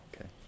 okay